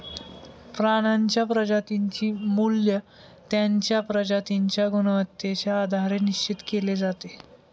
प्राण्यांच्या प्रजातींचे मूल्य त्यांच्या प्रजातींच्या गुणवत्तेच्या आधारे निश्चित केले जाते